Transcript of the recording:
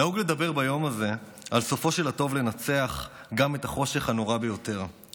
נהוג לדבר ביום הזה על סופו של הטוב לנצח גם את החושך הנורא ביותר,